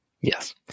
Yes